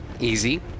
easy